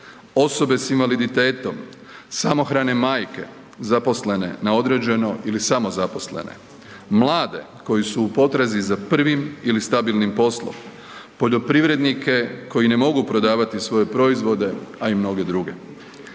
osobe s invaliditetom, samohrane majke zaposlene na određeno ili samozaposlene, mlade koji su u potrazi za prvim ili stabilnim poslom, poljoprivrednike koji ne mogu prodavati svoje proizvode, a i mnoge druge.